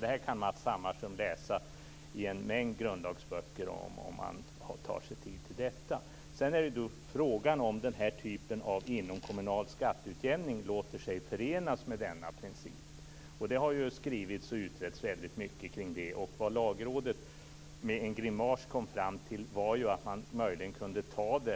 Detta kan Matz Hammarström läsa i en mängd grundlagsböcker - om han tar sig tid till detta. Sedan var det frågan om inomkommunal skatteutjämning låter sig förenas med denna princip. Det har skrivits och utretts mycket kring det. Lagrådet har med en grimas kommit fram till att systemet möjligen kan antas